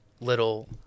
little